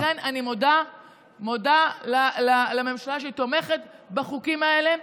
ולכן אני מודה לממשלה שהיא תומכת בחוקים האלה,